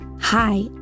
Hi